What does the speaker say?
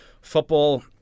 Football